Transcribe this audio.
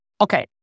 Okay